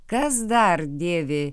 kas dar dėvi